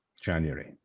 January